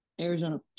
Arizona